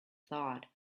thought